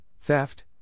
theft